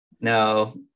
No